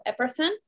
Epperson